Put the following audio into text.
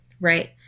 right